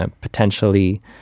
potentially